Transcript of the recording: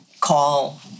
call